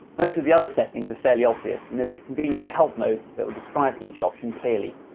most of the other settings are fairly obvious, and there's a convenient help mode that will describe each option clearly.